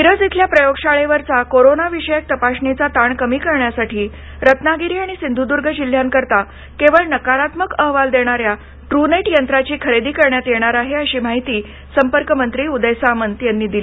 मिरज इथल्या प्रयोगशाळेवरचा करोनाविषयक तपासणीचा ताण कमी करण्यासाठी रत्नागिरी आणि सिंधूदुर्ग जिल्ह्यांकरिता केवळ नकारात्मक अहवाल देणाऱ्या टूनेट यंत्राची खरेदी करण्यात येणार आहे अशी माहिती संपर्कमंत्री उदय सामंत यांनी दिली